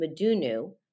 Madunu